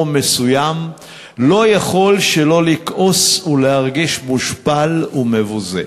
מסוים לא יכול שלא לכעוס ולהרגיש מושפל ומבוזה.